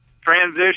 transition